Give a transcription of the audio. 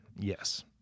Yes